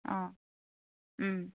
অঁ